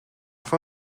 for